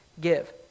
give